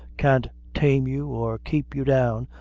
can't tame you or keep you down,